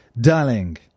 Darling